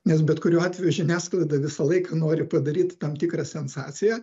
nes bet kuriuo atveju žiniasklaida visą laiką nori padaryt tam tikrą sensaciją